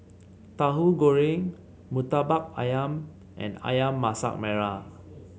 Tauhu Goreng murtabak ayam and ayam Masak Merah